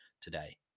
today